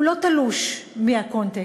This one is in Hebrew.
הוא לא תלוש מהקונטקסט,